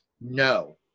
no